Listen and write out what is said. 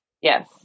yes